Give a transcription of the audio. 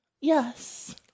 Yes